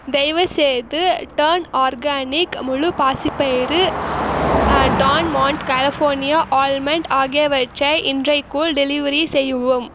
தயவுசெய்து turn organic முழு பாசிப்பயிறு டான் மாண்ட் கலிஃபோர்னியா ஆல்மண்ட் ஆகியவற்றை இன்றைக்குள் டெலிவெரி செய்யவும்